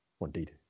indeed